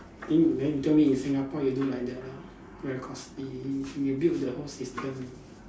think then you tell me in Singapore you do like that ah very costly you build the whole system